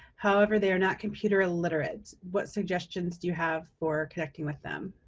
however they're not computer literate. what suggestions do you have for connecting with them?